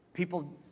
people